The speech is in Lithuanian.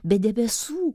be debesų